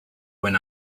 when